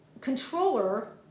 controller